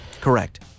Correct